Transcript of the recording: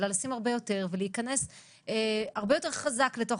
אלא לשים הרבה יותר ולהיכנס הרבה יותר חזק לתוך